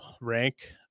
rank